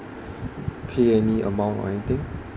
pay any amount or anything